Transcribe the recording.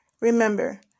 Remember